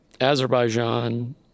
Azerbaijan